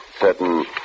certain